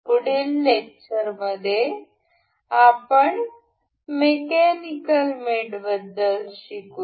पुढील लेक्चरमध्ये आपण मेकॅनिकल मेटबद्दल शिकू